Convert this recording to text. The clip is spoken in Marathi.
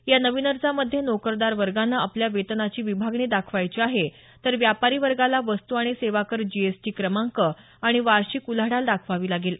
या नवीन अर्जामधे नोकरदार वर्गानं आपल्या वेतनाची विभागणी दाखवायची आहे तर व्यापारी वर्गाला वस्तू आणि सेवा कर जीएसटी क्रमांक आणि वार्षिक उलाढाल दाखवावी लागेल